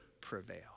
prevail